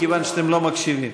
מכיוון שאתם לא מקשיבים.